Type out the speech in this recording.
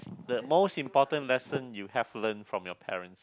the most important lesson you have learnt from your parents